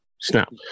snap